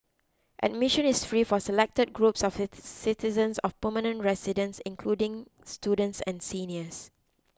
admission is free for selected groups of citizens and permanent residents including students and seniors